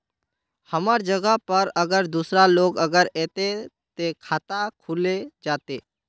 हमर जगह पर अगर दूसरा लोग अगर ऐते ते खाता खुल जते?